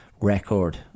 record